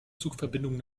zugverbindungen